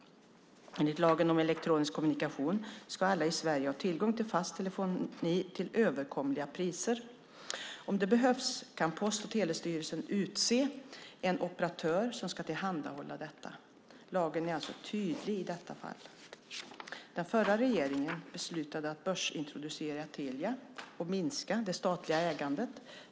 Enligt lagen om elektronisk kommunikation ska alla i Sverige ha tillgång till fast telefoni till överkomliga priser. Om det behövs kan Post och telestyrelsen utse en operatör som ska tillhandahålla detta. Lagen är alltså tydlig i detta fall. Den förra regeringen beslutade att börsintroducera Telia och minska det statliga ägandet.